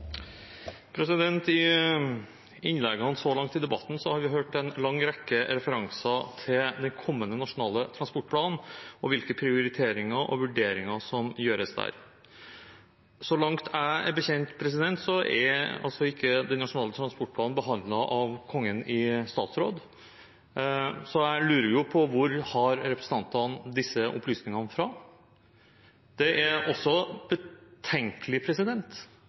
I innleggene så langt i debatten har vi fått en lang rekke referanser til den kommende nasjonale transportplanen og hvilke prioriteringer og vurderinger som gjøres der. Så langt jeg er kjent med, er ikke den nasjonale transportplanen behandlet av Kongen i statsråd, så jeg lurer på hvor representantene har disse opplysningene fra. Det er også betenkelig